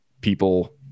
people